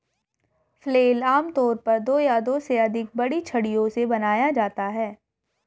flail आमतौर पर दो या दो से अधिक बड़ी छड़ियों से बनाया जाता है